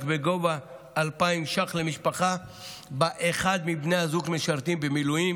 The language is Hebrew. בגובה 2,000 שקלים למשפחה שבה אחד מבני הזוג משרת במילואים.